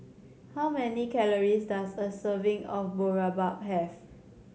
how many calories does a serving of Boribap have